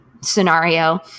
scenario